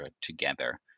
together